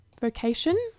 vocation